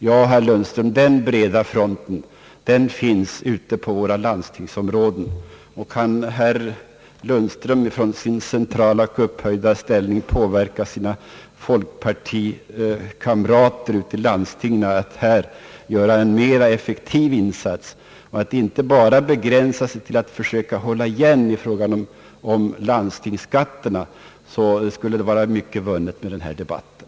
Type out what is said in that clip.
Ja, herr Lundström, den breda fronten finns ute i våra landstingsområden, och kan herr Lundström från sin centrala och upphöjda ställning påverka sina folkpartikamrater ute i landstingen att gör en mer effektiv insats och inte bara begränsa sig till att försöka hålla igen i fråga om landstingsskatterna, skulle det vara mycket vunnet med den här debatten.